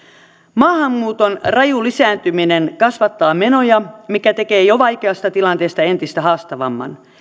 maahanmuuton raju lisääntyminen kasvattaa menoja mikä tekee jo vaikeasta tilanteesta entistä haastavamman